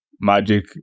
magic